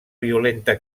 violenta